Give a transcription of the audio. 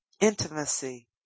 intimacy